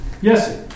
Yes